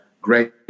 great